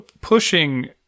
pushing